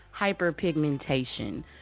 hyperpigmentation